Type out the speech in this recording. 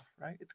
right